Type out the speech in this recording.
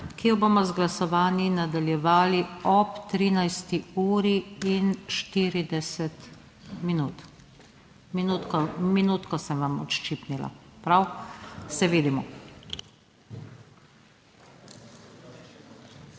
ki jo bomo z glasovanji nadaljevali ob 13.40. Minutko sem vam odščipnila. Prav? Se vidimo.